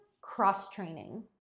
cross-training